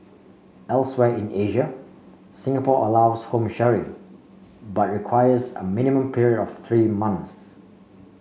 elsewhere in Asia Singapore allows home sharing but requires a minimum period of three months